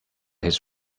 his